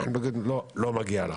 לומר: לא מגיע לך.